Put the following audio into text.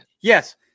Yes